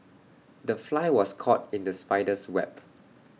the fly was caught in the spider's web